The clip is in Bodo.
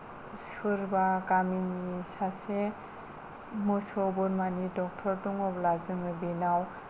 सोरबा गामिनि सासे मोसौ बोरमानि डक्टर दङब्ला जोङो बेनाव